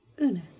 Una